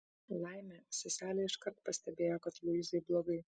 laimė seselė iškart pastebėjo kad luizai blogai